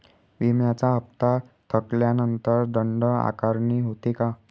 विम्याचा हफ्ता थकल्यानंतर दंड आकारणी होते का?